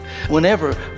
Whenever